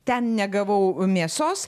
ten negavau mėsos